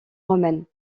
romaine